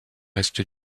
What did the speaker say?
est